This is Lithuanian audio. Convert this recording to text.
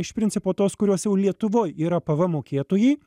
iš principo tos kurios jau lietuvoj yra pvm mokėtojai